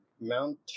mount